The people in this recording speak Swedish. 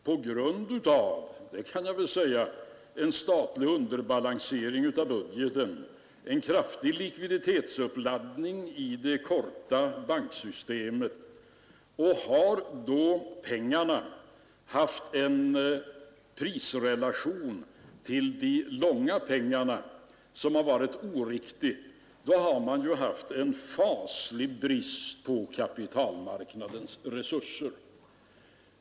På grund av — det kan jag väl säga — en statlig underbalansering av budgeten har vi haft en kraftig likviditetsuppladdning i det korta banksystemet, och hade de korta pengarna haft en prisrelation till de långa pengarna som varit oriktig hade man ju haft en faslig brist på kapitalmarknadens resurser.